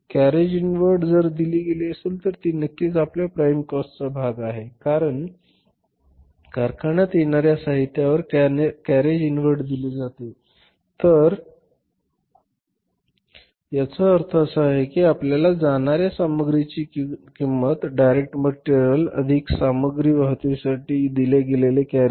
carriage inward जर ती दिली गेली असेल तर ती नक्कीच आपल्या प्राईम काॅस्टचा भाग आहे कारण कारखान्यात येणार्या साहित्यावर कॅरेज इनवर्ड दिली जाते तर याचा अर्थ असा आहे की वापरल्या जाणार्या सामग्रीची एकूण किंमत ही डायरेक्ट मटेरियल अधिक सामग्री वाहतुकीसाठी दिले गेलेले कॅरेज